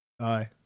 Aye